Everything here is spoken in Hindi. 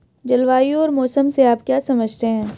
जलवायु और मौसम से आप क्या समझते हैं?